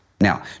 Now